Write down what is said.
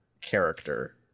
character